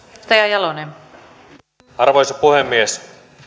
arvoisa puhemies